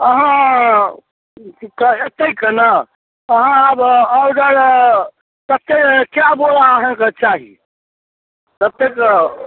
अहाँ कऽ एतै केना अहाँ आब ऑर्डर कते कै बोरा अहाँके चाही ततेक